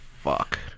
fuck